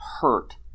hurt